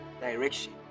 direction